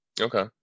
okay